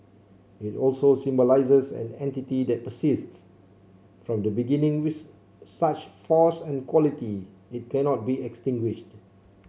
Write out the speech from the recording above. it also symbolises an entity that persists from the beginning with such force and quality it cannot be extinguished